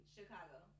Chicago